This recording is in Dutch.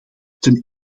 ten